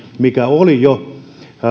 mikä oli jo